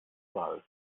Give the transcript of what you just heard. wahl